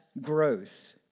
growth